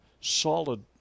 solid